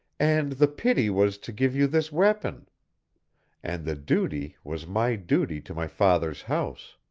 and the pity was to give you this weapon and the duty was my duty to my father's house.